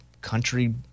country